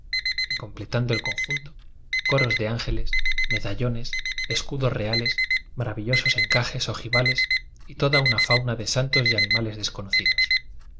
y completando el conjunto coros de ángeles medallones es cudos reales maravillosos encajes ojivales y toda una fauna de santos y animales des